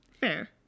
Fair